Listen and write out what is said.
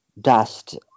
Dust